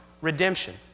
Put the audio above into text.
redemption